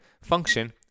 function